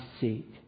seek